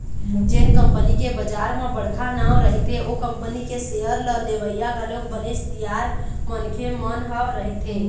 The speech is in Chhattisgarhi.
जेन कंपनी के बजार म बड़का नांव रहिथे ओ कंपनी के सेयर ल लेवइया घलोक बनेच तियार मनखे मन ह रहिथे